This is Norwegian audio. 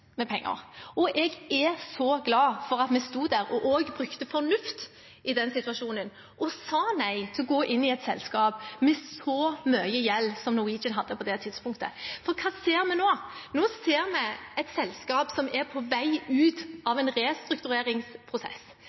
med penger. Jeg er så glad for at vi sto der og brukte fornuft i den situasjonen og sa nei til å gå inn i et selskap med så mye gjeld som Norwegian hadde på det tidspunktet. For hva ser vi nå? Nå ser vi et selskap som er på vei ut av en restruktureringsprosess,